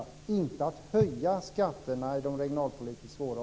Vi skall inte höja skatterna i de områden som har det regionalpolitiskt svårt.